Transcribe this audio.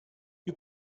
you